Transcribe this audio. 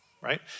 right